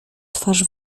twarz